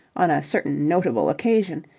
on a certain notable occasion,